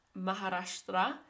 Maharashtra